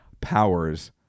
powers